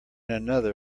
another